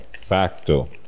Facto